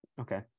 okay